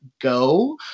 go